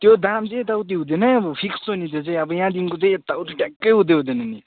त्यो दाम चाहिँ यताउति हुँदैन है अब फिक्स हो नि त्यो चाहिँ अब यहाँदेखिको चाहिँ यताउति ट्याकै हुँदै हुँदैन